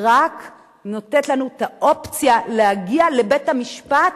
נותנת לנו את האופציה להגיע לבית-המשפט,